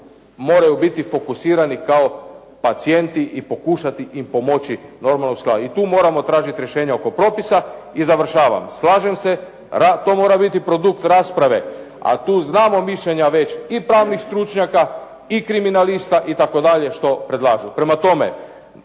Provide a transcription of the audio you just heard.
moraju biti fokusirani kao pacijenti i pokušati im pomoći, normalna stvar. I tu moramo tražit rješenja oko propisa. I završavam, slažem se, to mora biti produkt rasprave, a tu znamo mišljenja već i pravnih stručnjaka i kriminalista itd. što predlažu.